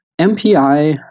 MPI